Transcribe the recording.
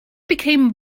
became